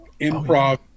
improv